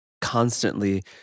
constantly